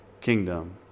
kingdom